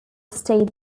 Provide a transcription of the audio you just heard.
state